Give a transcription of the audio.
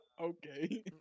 Okay